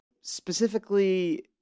Specifically